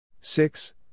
Six